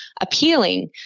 appealing